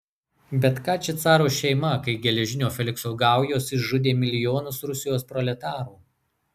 bet ką čia caro šeima kai geležinio felikso gaujos išžudė milijonus rusijos proletarų